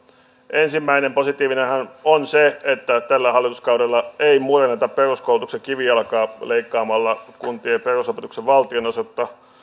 ensimmäinen positiivinen asiahan on se että tällä hallituskaudella ei murenneta peruskoulutuksen kivijalkaa leikkaamalla kuntien perusopetuksen valtionosuutta